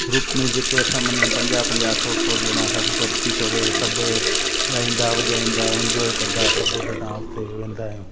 group में जेके असां माना पंजाहु पंजाहु सौ सौ ॼणा सभु गॾिजी करे सभु ॻाईंदा वॼाईंदा इंजॉय कंदा सभु कंदा उते वेंदा आहियूं